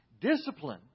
Discipline